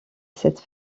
cette